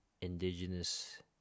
Indigenous